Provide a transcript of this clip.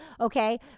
okay